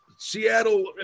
Seattle –